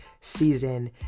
season